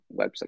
website